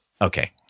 Okay